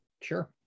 sure